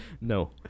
No